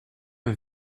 een